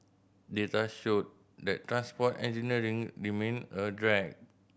data showed that transport engineering remained a drag